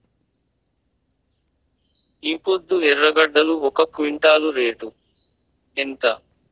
ఈపొద్దు ఎర్రగడ్డలు ఒక క్వింటాలు రేటు ఎంత?